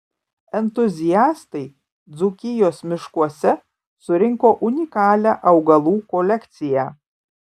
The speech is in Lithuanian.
entuziastai dzūkijos miškuose surinko unikalią augalų kolekciją